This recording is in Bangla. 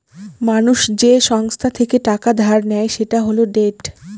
মানুষ যে সংস্থা থেকে টাকা ধার নেয় সেটা হল ডেট